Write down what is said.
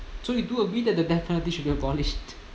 so you do agree that death penalty should be abolished